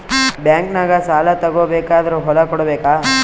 ಬ್ಯಾಂಕ್ನಾಗ ಸಾಲ ತಗೋ ಬೇಕಾದ್ರ್ ಹೊಲ ಕೊಡಬೇಕಾ?